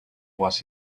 was